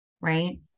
right